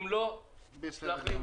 אם לא --- בסדר גמור.